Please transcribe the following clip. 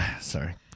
sorry